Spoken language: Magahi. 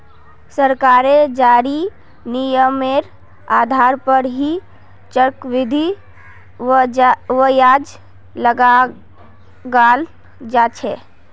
सरकारेर जारी नियमेर आधार पर ही चक्रवृद्धि ब्याज लगाल जा छे